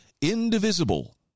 indivisible